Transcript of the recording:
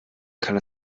kann